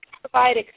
provide